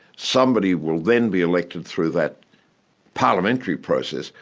somebody will then be elected through that parliamentary process,